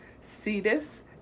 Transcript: Cetus